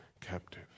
captive